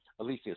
Alicia